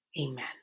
Amen